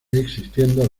existiendo